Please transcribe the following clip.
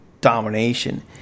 domination